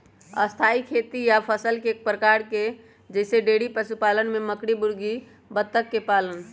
स्थाई खेती या फसल कय प्रकार के हई जईसे डेइरी पशुपालन में बकरी मुर्गी बत्तख के पालन